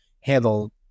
handle